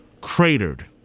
cratered